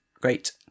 Great